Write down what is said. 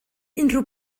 unrhyw